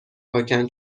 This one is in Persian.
پاکن